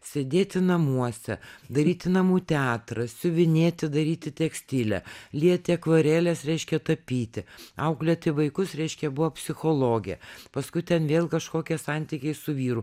sėdėti namuose daryti namų teatrą siuvinėti daryti tekstilę lieti akvareles reiškia tapyti auklėti vaikus reiškia buvo psichologė paskui ten vėl kažkokie santykiai su vyru